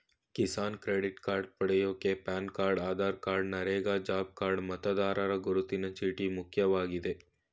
Kisan credit card ಪಡ್ಯೋಕೆ PAN card Aadhaar card NREGA job card ಮತದಾರರ ಗುರುತಿನ ಚೀಟಿ ಮುಖ್ಯವಾಗಯ್ತೆ